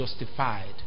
justified